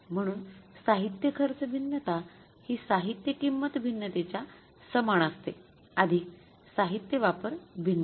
म्हणून साहित्य खर्च भिन्नता हि साहित्य किंमत भिन्नतेच्या समान असते साहित्य वापर भिन्नता